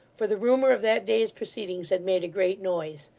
for the rumour of that day's proceedings had made a great noise.